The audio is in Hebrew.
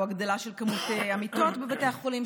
או הגדלה של כמות המיטות בבתי החולים,